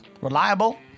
Reliable